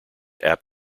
app